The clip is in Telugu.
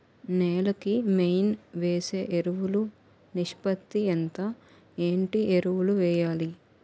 నేల కి మెయిన్ వేసే ఎరువులు నిష్పత్తి ఎంత? ఏంటి ఎరువుల వేయాలి?